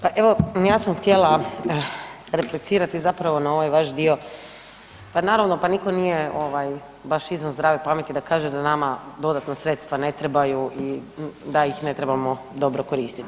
Pa evo ja sam htjela replicirati zapravo na ovaj vaš dio, pa naravno pa niko nije baš izvan zdrave pameti da kaže da nama dodatna sredstva ne trebaju i da ih ne trebamo dobro koristiti.